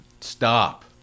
Stop